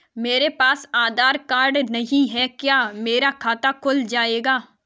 मेरे पास आधार कार्ड नहीं है क्या मेरा खाता खुल जाएगा?